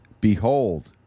Behold